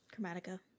chromatica